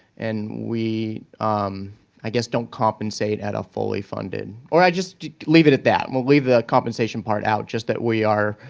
and we um i guess don't compensate at a fully funded or, just, leave it at that. we'll leave the compensation part out. just that we are